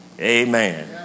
amen